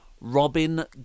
Robin